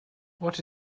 what